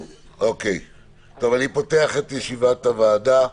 אני פותח את ישיבת הוועדה.